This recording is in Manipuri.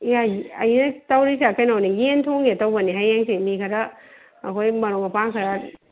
ꯌꯥꯏ ꯑꯩꯅ ꯇꯧꯔꯤꯁꯦ ꯀꯩꯅꯣꯅꯤ ꯌꯦꯟ ꯊꯣꯡꯒꯦ ꯇꯧꯕꯅꯦ ꯍꯌꯦꯡꯁꯦ ꯃꯤ ꯈꯔ ꯑꯩꯈꯣꯏ ꯃꯔꯨꯞ ꯃꯄꯥꯡ ꯈꯔ